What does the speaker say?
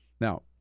Now